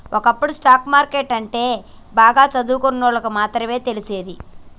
ఒకప్పుడు stock market ని అంటే బాగా సదువుకున్నోల్లకి మాత్రమే తెలిసేది